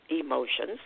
emotions